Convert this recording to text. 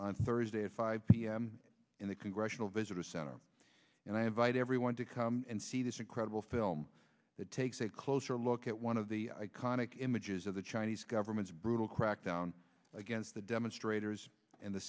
on thursday at five p m in the congressional visitors center and advise everyone to come and see this incredible film that takes a closer look at one of the iconic images of the chinese government's brutal crackdown against the demonstrators and the